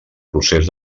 procés